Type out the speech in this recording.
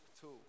tool